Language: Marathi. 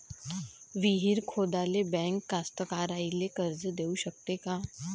विहीर खोदाले बँक कास्तकाराइले कर्ज देऊ शकते का?